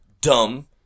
dumb